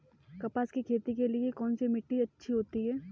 कपास की खेती के लिए कौन सी मिट्टी अच्छी होती है?